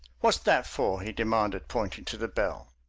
what's that for? he demanded, pointing to the bell.